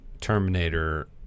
Terminator